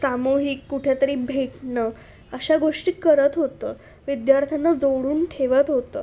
सामूहिक कुठेतरी भेटणं अशा गोष्टी करत होतं विद्यार्थ्यांना जोडून ठेवत होतं